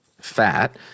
fat